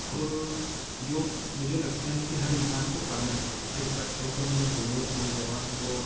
और योग मुझे लगता है कि हर इंसान को करना चाहिए सिर्फ बच्चों को नहीं बूढ़ों को जवान को